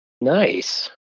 Nice